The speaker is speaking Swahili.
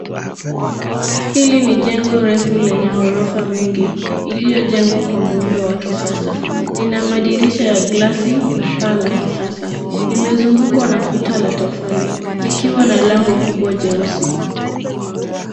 Hili ni jengo refu lenye orofa mingi iliyojengwa kwa muundo wa kisasa. Lina madirisha ya glasi na paa la kisasa. Limezungukwa na kuta la tofali likiwa na lango kubwa jeusi.